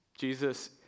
Jesus